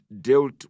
dealt